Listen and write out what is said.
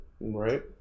Right